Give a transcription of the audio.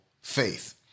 faith